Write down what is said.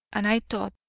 and i thought,